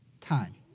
time